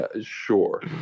sure